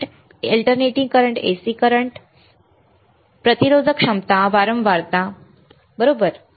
current AC current प्रतिरोधक क्षमता वारंवारता बरोबर